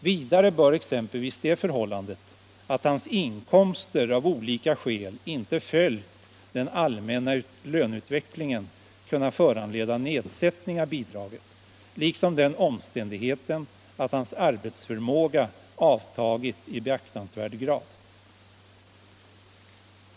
Vidare bör exempelvis det förhållandet att hans inkomster av olika skäl inte följt den allmänna löneutvecklingen kunna föranleda nedsättning av bidraget, liksom den omständigheten att hans arbetsförmåga har avtagit i beaktansvärd grad.